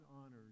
honors